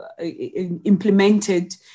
implemented